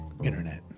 internet